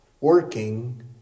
working